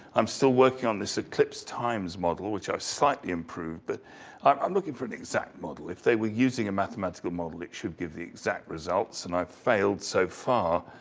i'm still working on this eclipsed times model, which i've slightly improved. but i'm looking for an exact model. if they were using a mathematical model, it should give the exact results. and i've failed so far.